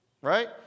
right